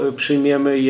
przyjmiemy